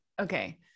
okay